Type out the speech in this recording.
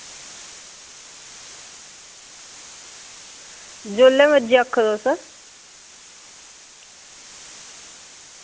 जेल्लै मरजी आक्खो तुस